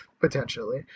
potentially